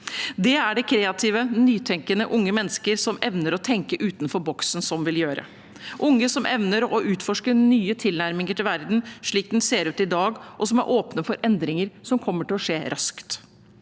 Det er det kreative, nytenkende unge mennesker som evner å tenke utenfor boksen som vil gjøre, unge som evner å utforske nye tilnærminger til verden slik den ser ut i dag, og som er åpne for endringer som kommer til å skje raskt.